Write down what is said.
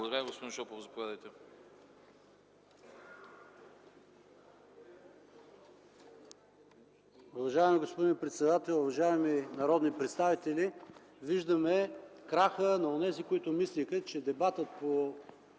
Благодаря. Господин Шопов, заповядайте